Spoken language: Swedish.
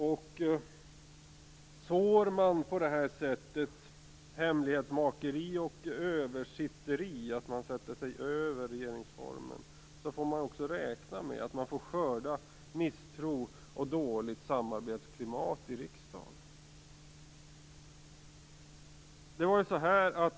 Om man sår hemlighetsmakeri och sätter sig över regeringsformen, får man också räkna med att skörda misstro och dåligt samarbetsklimat i riksdagen.